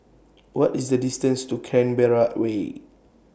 What IS The distance to Canberra Way